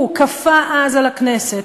הוא כפה אז על הכנסת,